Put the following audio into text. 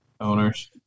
owners